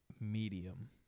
Medium